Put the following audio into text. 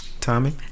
Tommy